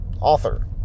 author